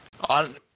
On